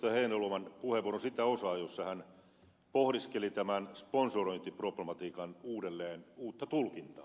heinäluoman puheenvuoron sitä osaa jossa hän pohdiskeli tämän sponsorointiproblematiikan uutta tulkintaa